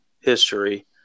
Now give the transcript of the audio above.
history